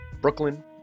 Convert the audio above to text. Brooklyn